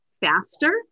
faster